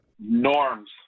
Norms